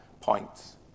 points